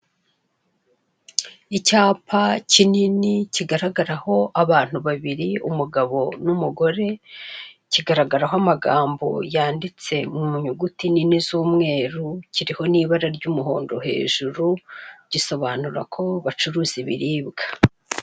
Icyapa kinini kigaragaraho abantu babiri umugabo n'umugore, kigaragaraho amagambo yanditse mu nyuguti nini z'umweru kiriho n'ibara ry'umuhondo hejuru gisobanura ko bacuruza ibiribwa.